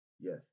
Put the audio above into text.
Yes